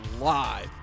live